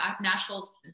nashville's